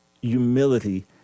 humility